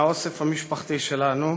מהאוסף המשפחתי שלנו.